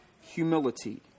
humility